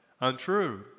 Untrue